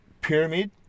pyramid